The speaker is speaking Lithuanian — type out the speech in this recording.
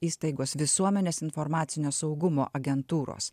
įstaigos visuomenės informacinio saugumo agentūros